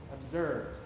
observed